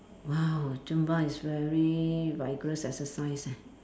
!wow! zumba is very vigorous exercise eh